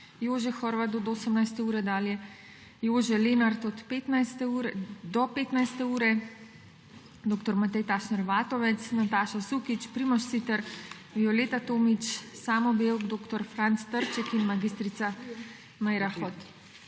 Jožef Horvat od 18. ure dalje, Jože Lenart do 15. ure, dr. Matej Tašner Vatovec, Nataša Sukič, Primož Siter, Violeta Tomić, Samo Bevk, dr. Franc Trček in mag. Meira Hot.